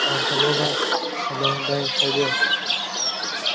hello ꯚꯥꯏ hello ꯚꯥꯏ ꯍꯥꯏꯕꯤꯌꯣ